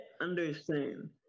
understand